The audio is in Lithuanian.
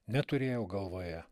neturėjau galvoje